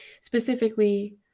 specifically